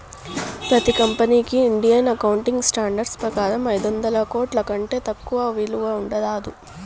ప్రతి కంపెనీకి Indian accounting standards ప్రకారం ఐదొందల కోట్ల కంటే తక్కువ విలువ ఉండరాదు